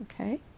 Okay